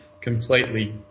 completely